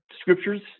scriptures